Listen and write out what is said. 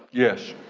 yes,